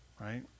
right